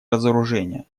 разоружения